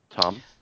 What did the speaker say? Tom